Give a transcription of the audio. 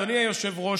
אדוני היושב-ראש,